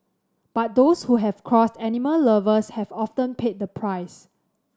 but those who have crossed animal lovers have often paid the price